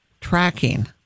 tracking